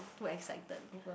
too excited over